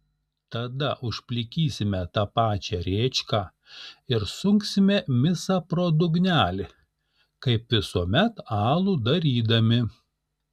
tada užplikysime tą pačią rėčką ir sunksime misą pro dugnelį kaip visuomet alų darydami